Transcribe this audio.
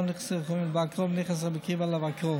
לא נכנסו חכמים לבקרו ונכנס רבי עקיבא לבקרו"